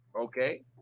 Okay